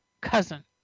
cousin